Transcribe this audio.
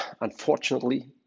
unfortunately